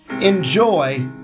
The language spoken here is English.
Enjoy